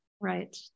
Right